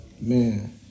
man